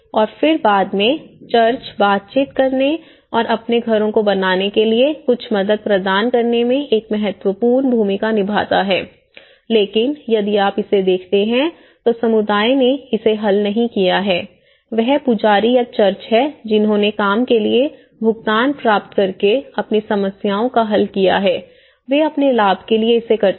और फिर बाद में चर्च बातचीत करने और अपने घरों को बनाने के लिए कुछ मदद प्रदान करने में एक महत्वपूर्ण भूमिका निभाता है लेकिन यदि आप इसे देखते हैं तो समुदाय ने इसे हल नहीं किया है वह पुजारी या चर्च है जिन्होंने काम के लिए भुगतान प्राप्त करके अपनी समस्याओं को हल किया है वे अपने लाभ के लिए इसे करते हैं